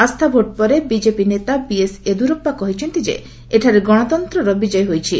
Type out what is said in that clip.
ଆସ୍ଥାଭୋଟ୍ ପରେ ବିଜେପି ନେତା ବିଏସ୍ ୟେଦୁରପ୍ସା କହିଛନ୍ତି ଯେ ଏଠାରେ ଗଣତନ୍ତ୍ରର ବିଜୟ ହୋଇଛି